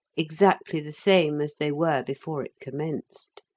exactly the same as they were before it commenced.